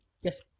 Yes